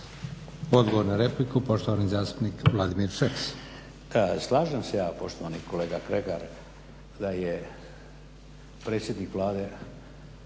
Odgovor na repliku, poštovani zastupnik Vladimir Šeks. **Šeks, Vladimir (HDZ)** Slažem se ja poštovani kolega Kregar da je predsjednik Vlade